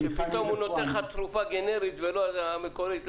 שפתאום הוא נותן לך תרופה גנרית ולא מקורית,